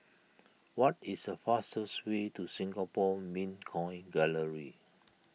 what is the fastest way to Singapore Mint Coin Gallery